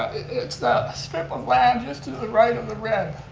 it's that strip of land just to the right of the red.